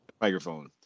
Microphone